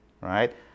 right